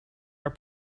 are